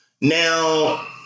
Now